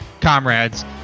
comrades